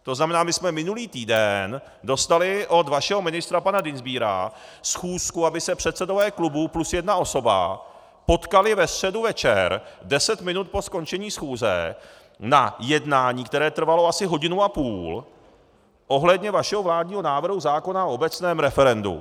To znamená, my jsme minulý týden dostali od vašeho ministra pana Dienstbiera schůzku, aby se předsedové klubů plus jedna osoba potkali ve středu večer 10 minut po skončení schůze na jednání, které trvalo asi hodinu a půl, ohledně vašeho vládního návrhu zákona o obecném referendu.